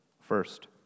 First